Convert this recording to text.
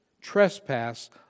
trespass